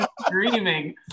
screaming